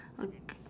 okay